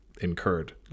incurred